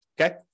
okay